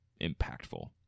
impactful